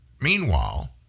Meanwhile